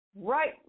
right